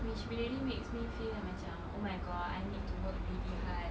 which really makes me feel like macam oh my god to work really hard